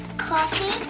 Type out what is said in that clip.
coffee?